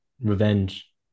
revenge